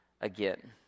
again